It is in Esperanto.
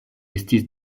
estis